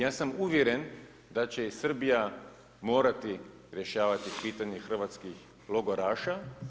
Ja sam uvjeren da će i Srbija morati rješavati pitanje hrvatskih logoraša.